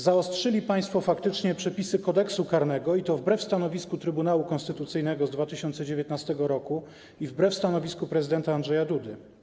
Zaostrzyli państwo przepisy Kodeksu karnego, i to wbrew stanowisku Trybunału Konstytucyjnego z 2019 r. i wbrew stanowisku prezydenta Andrzeja Dudy.